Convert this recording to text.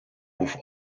був